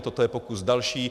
Toto je pokus další.